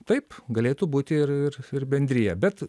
taip galėtų būti ir ir ir bendrija bet